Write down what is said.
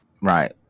Right